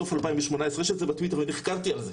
סוף 2018. יש את זה בטוויטר ונחקרתי על זה.